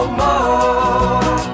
more